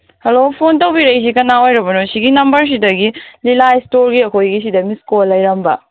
hello phone ꯇꯧꯕꯤꯔꯛꯏꯁꯤ ꯀꯅꯥ ꯑꯣꯏꯔꯕꯅꯣ ꯁꯤꯒꯤ ꯅꯝꯕꯔꯁꯤꯗꯒꯤ ꯅꯤꯌꯨ ꯂꯥꯏꯠ ꯏꯁꯇꯣꯔꯒꯤ ꯑꯩꯈꯣꯏꯒꯤ ꯁꯤꯗ ꯃꯤꯁ ꯀꯣꯜ ꯂꯩꯔꯝꯕ